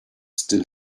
still